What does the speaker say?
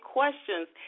questions